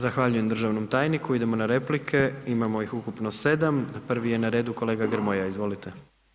Zahvaljujem državnom tajniku, idemo na replike, imamo ih ukupno 7, prvi je na redu kolega Grmoja, izvolite.